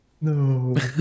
No